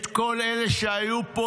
את כל אלה שהיו פה,